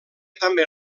també